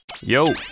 Yo